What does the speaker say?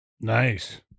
Nice